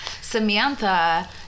Samantha